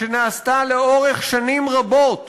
שנעשתה לאורך שנים רבות